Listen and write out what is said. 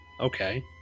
okay